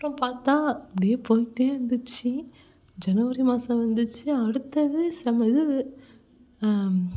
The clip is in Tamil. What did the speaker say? அப்புறம் பார்த்தா அப்படியே போயிகிட்டே இருந்துச்சு ஜனவரி மாதம் வந்துச்சு அடுத்தது செம் இது